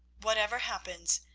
whatever happens,